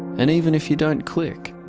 and even if you don't click.